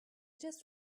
just